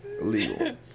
illegal